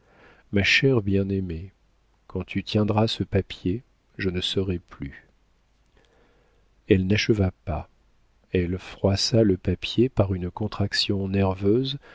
ma chère bien-aimée quand tu tiendras ce papier je ne serai plus elle n'acheva pas elle froissa le papier par une contraction nerveuse